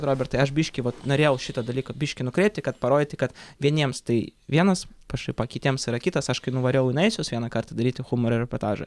robertai aš biškį vat norėjau šitą dalyką biškį nukreipti kad parodyti kad vieniems tai vienas pašaipa kitiems yra kitas aš kai nuvariau į naisius vieną kartą daryti humoro reportažą